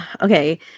Okay